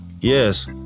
yes